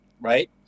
right